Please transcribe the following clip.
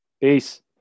peace